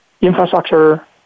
infrastructure